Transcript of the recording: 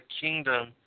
kingdom